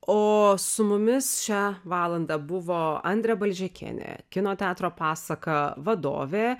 o su mumis šią valandą buvo andrė balžekienė kino teatro pasaka vadovė